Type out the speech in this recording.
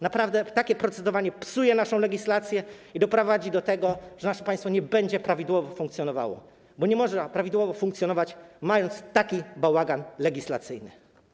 Naprawdę takie procedowanie psuje naszą legislację i doprowadzi do tego, że nasze państwo nie będzie prawidłowo funkcjonowało, bo nie można prawidłowo funkcjonować, mając taki bałagan legislacyjny.